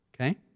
okay